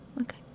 okay